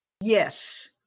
Yes